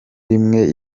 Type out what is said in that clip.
rimwe